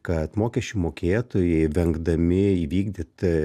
kad mokesčių mokėtojai vengdami įvykdyt